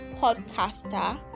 podcaster